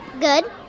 Good